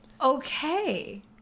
Okay